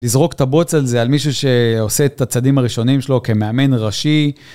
לזרוק את הבוץ על זה, על מישהו שעושה את הצדים הראשונים שלו כמאמן ראשי.